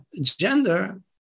Gender